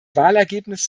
wahlergebnis